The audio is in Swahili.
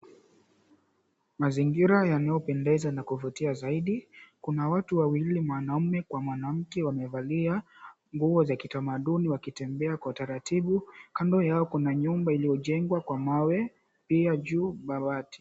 Mazingira yanayopendeza na kuvutia zaidi. Kuna watu wawili mwanamke kwa mwanaume wamevalia nguo za kitamaduni wakitembea kwa taratibu. Kando yao kuna nyumba iliyojengwa kwa mawe pia juu mabati.